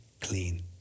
clean